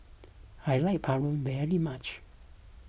I like Paru very much